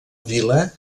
vila